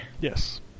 Yes